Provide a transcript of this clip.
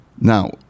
Now